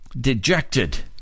dejected